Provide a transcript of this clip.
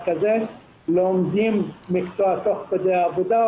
לומדים מקצוע תוך כדי העבודה,